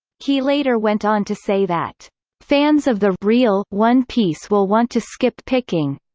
he later went on to say that fans of the real one piece will want to skip picking